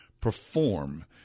perform